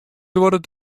duorret